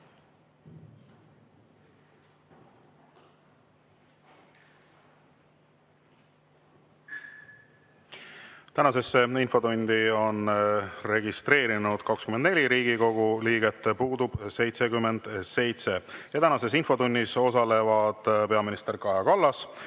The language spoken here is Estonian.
Tänasesse infotundi on registreerunud 24 Riigikogu liiget, puudub 77. Tänases infotunnis osalevad peaminister Kaja Kallas,